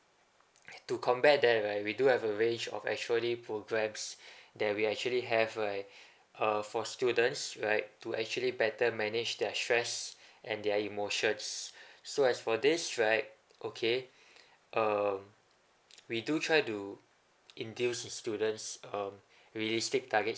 to combat that right we do have a range of actually programs that we actually have like uh for students right to actually better manage their stress and their emotions so as for this right okay uh we do try to induce students um realistic target